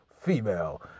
female